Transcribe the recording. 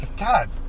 God